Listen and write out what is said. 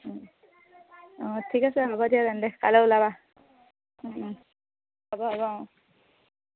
অঁ ঠিক আছে হ'ব দিয়া তেন্তে কাললৈ ওলাবা হ'ব হ'ব অঁ